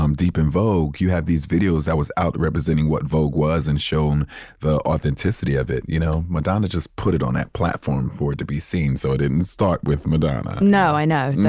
um deep in vogue, you have these videos that was out representing what vogue was and showing the authenticity of it. you know, madonna just put it on that platform for it to be seen. so it didn't start with madonna no, i know.